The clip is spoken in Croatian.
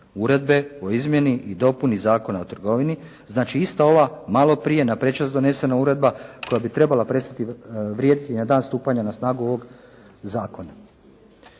Uredbe o izmjeni i dopuni Zakona o trgovini, znači isto ova malo prije na prečac donesena uredba koja bi trebala prestati vrijediti na dan stupanja na snagu ovoga zakona.